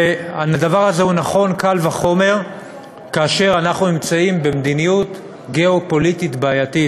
הדבר נכון קל וחומר כאשר אנחנו נמצאים במדיניות גיאו-פוליטית בעייתית.